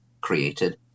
created